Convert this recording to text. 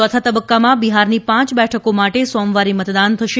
ચોથા તબક્કામાં બિહારની પાંચ બેઠકો માટે સોમવારે મતદાન થશે